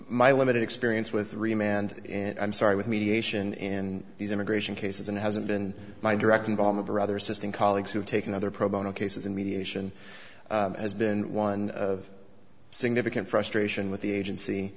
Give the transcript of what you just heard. my limited experience with three mand and i'm sorry with mediation in these immigration cases and hasn't been my direct involvement or other system colleagues who've taken other pro bono cases in mediation has been one of significant frustration with the agency